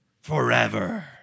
Forever